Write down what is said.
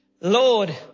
Lord